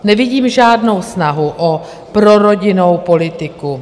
Nevidím žádnou snahu o prorodinnou politiku.